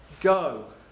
go